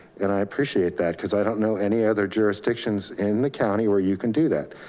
and i appreciate that. cause i don't know any other jurisdictions in the county where you can do that.